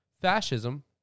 fascism